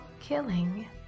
killing